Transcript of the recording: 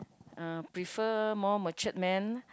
uh prefer more matured man